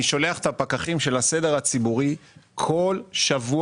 אני שולח את הפקחים של הסדר הציבורי כל שבוע,